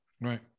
Right